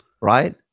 right